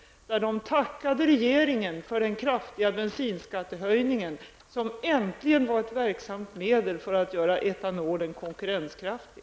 Man tackade regeringen för den kraftiga bensinskattehöjningen. Det var äntligen ett verksamt medel för att göra etanolen konkurrenskraftig.